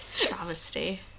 Travesty